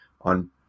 on